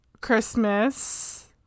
Christmas